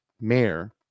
mayor